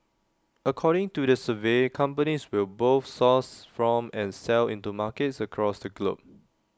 according to the survey companies will both source from and sell into markets across the globe